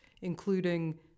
including